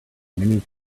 many